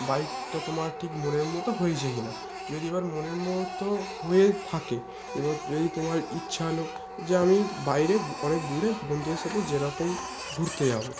বাইকটা তোমার ঠিক মনের মতো হয়েছে কিনা যদি এবার মনের মতো হয়ে থাকে এবার যদি তোমার ইচ্ছা হল যে আমি বাইরে অনেক দূরে বন্ধুদের সাথে যেরকম ঘুরতে যাব